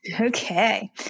Okay